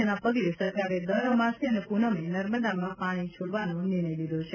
જેના પગલે સરકારે દર અમાસે અને પ્રનમે નર્મદામાં પાણી છોડવાનો નિર્ણય લીધો છે